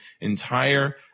entire